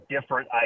different